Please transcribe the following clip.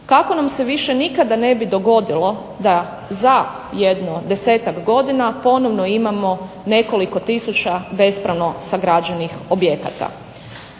kako nam se više nikada ne bi dogodilo da za jedno desetak godina ponovno imamo nekoliko tisuća bespravno sagrađenih objekata.